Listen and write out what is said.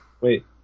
Wait